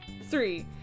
three